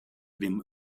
them